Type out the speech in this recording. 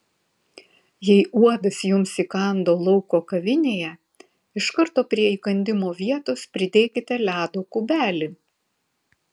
jei uodas jums įkando lauko kavinėje iš karto prie įkandimo vietos pridėkite ledo kubelį